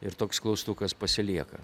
ir toks klaustukas pasilieka